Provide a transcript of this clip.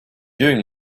doing